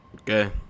Okay